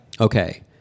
Okay